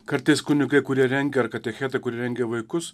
kartais kunigai kurie rengia ar katechetai kurie rengia vaikus